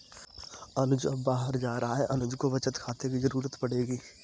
अनुज अब बाहर जा रहा है अनुज को बचत खाते की जरूरत पड़ेगी